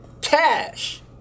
cash